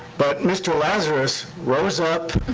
but mr. lazarus rose up